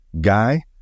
guy